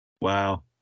Wow